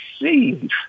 receive